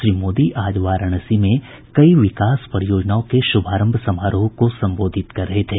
श्री मोदी आज वाराणसी में कई विकास परियोजनाओं के शुभारंभ समारोह को संबोधित कर रहे थे